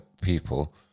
people